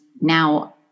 now